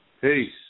Peace